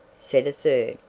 said a third.